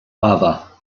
mother